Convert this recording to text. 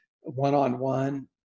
one-on-one